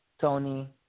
Tony